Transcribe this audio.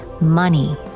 Money